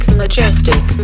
majestic